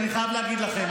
אני חייב להגיד לכם,